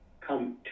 come